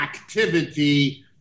activity